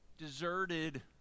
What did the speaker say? deserted